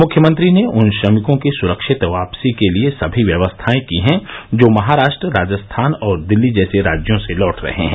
मुख्यमंत्री ने उन श्रमिकों की सुरक्षित वापसी के लिए सभी व्यवस्थाएं की हैं जो महाराष्ट्र राजस्थान और दिल्ली जैसे राज्यों से लौट रहे हैं